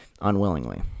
unwillingly